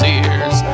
ears